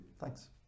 Thanks